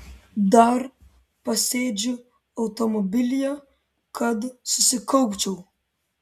dar pasėdžiu automobilyje kad susikaupčiau